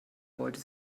wollte